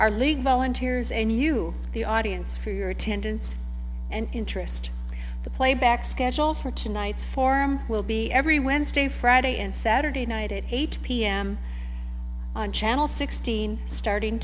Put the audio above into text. our league volunteers and you the audience for your attendance and interest the playback schedule for tonight's form will be every wednesday friday and saturday night at eight pm and channel sixteen starting